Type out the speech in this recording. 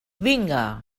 vinga